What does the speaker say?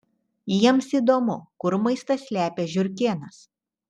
jiems įdomu kur maistą slepia žiurkėnas